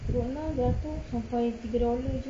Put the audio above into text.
teruk nah jatuh sampai tiga dollar jer